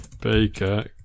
Baker